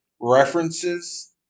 references